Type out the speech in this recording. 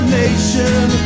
nation